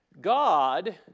God